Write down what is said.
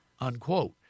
unquote